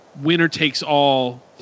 winner-takes-all